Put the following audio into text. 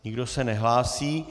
Nikdo se nehlásí.